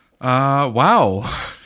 Wow